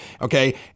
Okay